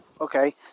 okay